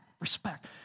respect